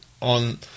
on